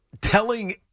telling